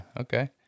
okay